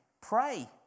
Pray